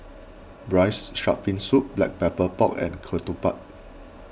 Braised Shark Fin Soup Black Pepper Pork and Ketupat